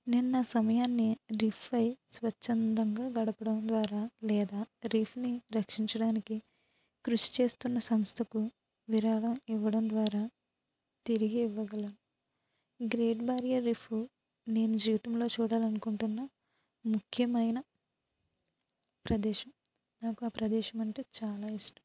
నేను నా సమయాన్ని రీఫ్పై స్వచ్ఛందంగా గడపడం ద్వారా లేదా రీఫ్ని రక్షించడానికి కృషిచేస్తున్న సంస్థకు విరాళం ఇవ్వడం ద్వారా తిరిగి ఇవ్వగల గ్రేట్ బారియర్ రీఫ్ నేను జీవితంలో చూడాలనుకుంటున్న ముఖ్యమైన ప్రదేశం నాకు ఆ ప్రదేశం అంటే చాలా ఇష్టం